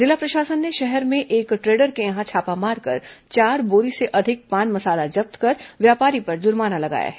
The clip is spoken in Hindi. जिला प्रशासन ने शहर में एक ट्रेडर के यहां छापा मारकर चार बोरी से अधिक पान मसाला जब्त कर व्यापारी पर जुर्माना लगाया है